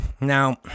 Now